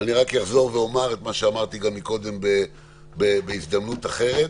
אני רק אחזור ואומר את מה שאמרתי גם בהזדמנות אחרת,